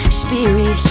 spirit